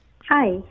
Hi